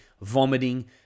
vomiting